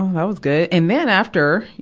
um that was good. and then after,